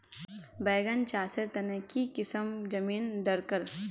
बैगन चासेर तने की किसम जमीन डरकर?